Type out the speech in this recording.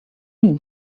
mean